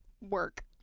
work